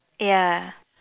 ya